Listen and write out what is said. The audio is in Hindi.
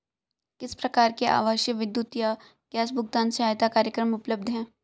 किस प्रकार के आवासीय विद्युत या गैस भुगतान सहायता कार्यक्रम उपलब्ध हैं?